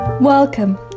Welcome